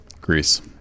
Greece